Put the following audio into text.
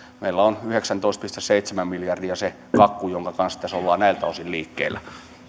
meillä on yhdeksäntoista pilkku seitsemän miljardia se kakku jonka kanssa tässä ollaan näiltä osin liikkeellä